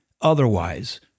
otherwise